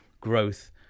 growth